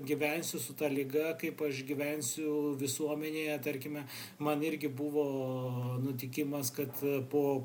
gyvensiu su ta liga kaip aš gyvensiu visuomenėje tarkime man irgi buvo nutikimas kad po